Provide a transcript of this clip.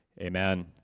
Amen